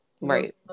right